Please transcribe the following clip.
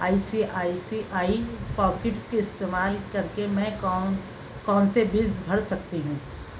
آئی سی آئی سی آئی pockets کے استعمال کر کے میں کون کون سے بلز بھر سکتی ہوں